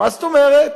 מה זאת אומרת?